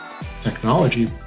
technology